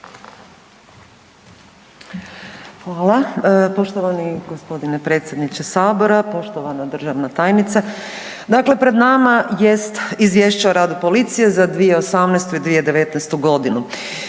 Hvala. Poštovani g. predsjedniče Sabora, poštovana državna tajnice. Dakle, pred nama jest Izvješće o radu policije za 2018. i 2019. godinu.